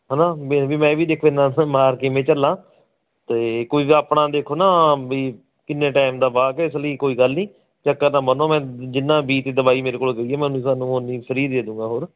ਹੈ ਨਾ ਵੇ ਮੈਂ ਵੀ ਦੇਖੋ ਇੰਨਾ ਮਾਰ ਕਿਵੇਂ ਝੱਲਾਂ ਕੋਈ ਅਤੇ ਆਪਣਾ ਦੇਖੋ ਨਾ ਵੀ ਕਿੰਨੇ ਟੈਮ ਦਾ ਵਾਅ ਕੇ ਇਸ ਲਈ ਕੋਈ ਗੱਲ ਨਹੀ ਚੱਕਰ ਨਾ ਮੰਨੋ ਮੈਂ ਜਿੰਨਾ ਬੀਜ ਅਤੇ ਦਵਾਈ ਮੇਰੇ ਕੋਲੋਂ ਗਈ ਹੈ ਮੈਂ ਉੰਨੀ ਤੁਹਾਨੂੰ ਉੰਨੀ ਫ੍ਰੀ ਦੇ ਦੇਊਂਗਾ ਹੋਰ